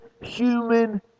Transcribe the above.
human